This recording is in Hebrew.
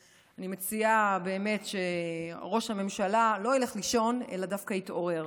אני מציעה באמת שראש הממשלה לא ילך לישון אלא דווקא יתעורר.